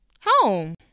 home